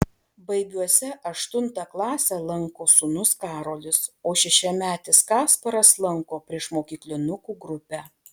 baibiuose aštuntą klasę lanko sūnus karolis o šešiametis kasparas lanko priešmokyklinukų grupę